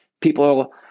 people